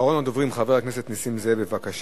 אחרון הדוברים, חבר הכנסת נסים זאב, בבקשה.